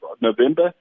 November